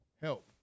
Help